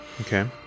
Okay